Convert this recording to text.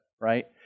right